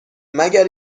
مگر